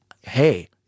Hey